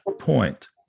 point